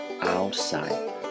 outside